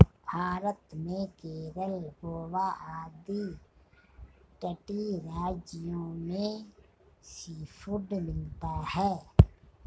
भारत में केरल गोवा आदि तटीय राज्यों में सीफूड मिलता है